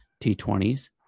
T20s